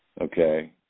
Okay